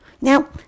Now